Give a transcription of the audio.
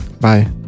Bye